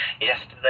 yesterday